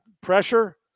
pressure